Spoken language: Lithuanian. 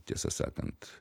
tiesą sakant